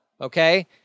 okay